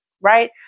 Right